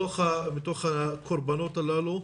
בתוך הקרבנות הללו,